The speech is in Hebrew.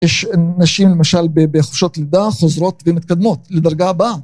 יש נשים, למשל, בחופשות לידה, חוזרות ומתקדמות לדרגה הבאה.